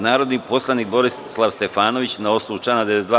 Narodni poslanik Borislav Stefanović, na osnovu člana 92.